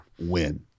win